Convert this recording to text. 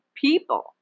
people